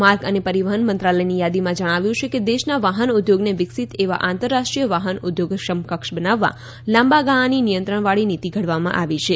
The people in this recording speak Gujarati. માર્ગ અને પરિવહન મંત્રાલયની યાદીમાં જણાવ્યું છે કે દેશના વાહન ઉદ્યોગને વિકસીત એવા આંતરરાષ્ટ્રીય વાહન ઉદ્યોગ સમકક્ષ બનાવવા લાંબા ગાળાની નિયંત્રણવાળી નીતિ ઘડવામાં આવી છે